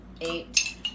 eight